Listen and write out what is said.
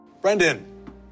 Brendan